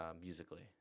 musically